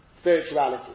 spirituality